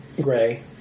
gray